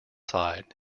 side